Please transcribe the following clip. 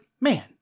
man